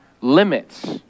limits